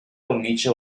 cornice